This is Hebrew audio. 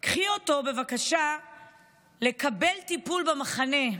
קחי אותו בבקשה לקבל טיפול במחנה,